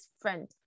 friend